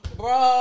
bro